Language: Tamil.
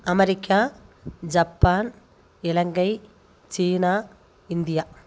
America Japan Ilangai China India